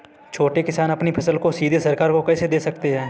छोटे किसान अपनी फसल को सीधे सरकार को कैसे दे सकते हैं?